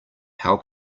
how